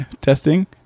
testing